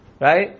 right